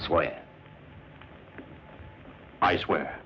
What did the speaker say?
swear i swear